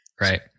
Right